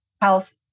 health